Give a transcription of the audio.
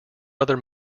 other